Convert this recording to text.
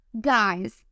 Guys